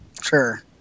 Sure